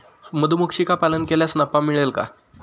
मधुमक्षिका पालन केल्यास नफा मिळेल का?